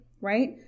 right